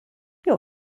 your